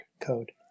code